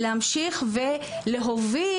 מנותק מהמוסדות להשכלה גבוהה,